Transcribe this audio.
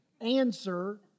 answer